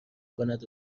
کند